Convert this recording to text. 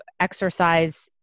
exercise